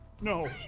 No